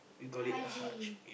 Haj